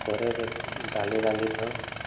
କରେଇରେ ଡ଼ାଲି ରାନ୍ଧିଥାଉ